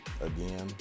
Again